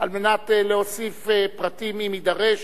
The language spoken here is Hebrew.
להוסיף פרטים אם יידרש,